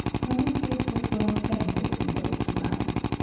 her mistress had grown plaintive in those two lines.